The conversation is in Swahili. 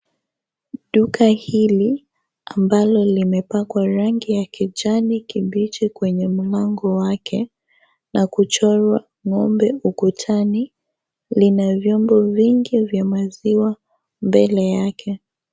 Duka hili ambalo limepakwa rangi ya kijani kibichi kwenye mlango wake na kuchorwa ngombe ukutani. lina vyombo vingi vya maziwa mbele yake.